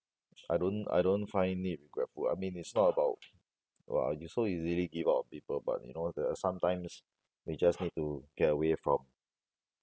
I don't I don't find it regretful I mean it's not about !wah! you so easily give up on people but you know there are sometimes we just need to get away from